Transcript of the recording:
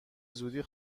زودی